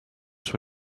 sur